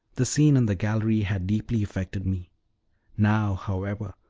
the scene in the gallery had deeply affected me now, however,